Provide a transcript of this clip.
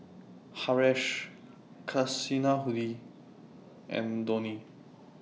Haresh Kasinadhuni and Dhoni